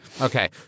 Okay